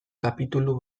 kapitulu